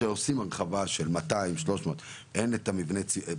כשעושים הרחבה של 200-300. אין את מבני הציבור?